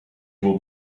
will